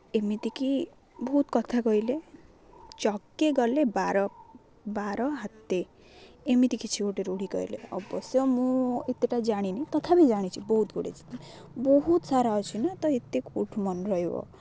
ଏମିତିକି ବହୁତ କଥା କହିଲେ ଚକେ ଗଲେ ବାର ବାର ହାତେ ଏମିତି କିଛି ଗୋଟେ ରୂଢ଼ି କହିଲେ ଅବଶ୍ୟ ମୁଁ ଏତେଟା ଜାଣିନି ତଥାପି ଜାଣିଛି ବହୁତ ଗୁଡ଼ାଏ ବହୁତ ସାରା ଅଛି ନା ତ ଏତେ କେଉଁଠୁ ମନେରହିବ